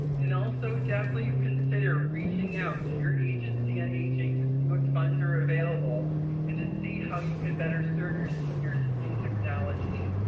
and also, definitely consider reaching out to your agency on aging to see what funds are available and to see how you can better serve your seniors using technology.